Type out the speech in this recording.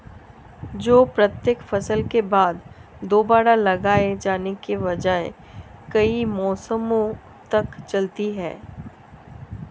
जो प्रत्येक फसल के बाद दोबारा लगाए जाने के बजाय कई मौसमों तक चलती है